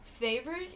favorite